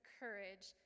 courage